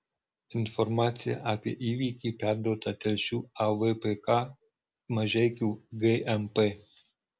informacija apie įvykį perduota telšių avpk mažeikių gmp